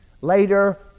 Later